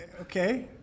Okay